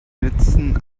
nützen